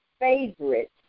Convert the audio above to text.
favorite